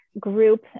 Group